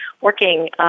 working